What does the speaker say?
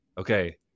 okay